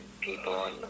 people